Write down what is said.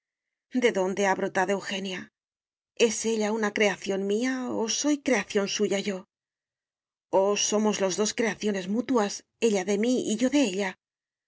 de dónde ha brotado eugenia es ella una creación mía o soy creación suya yo o somos los dos creaciones mutuas ella de mí y yo de ella